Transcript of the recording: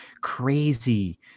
crazy